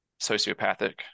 sociopathic